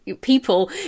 people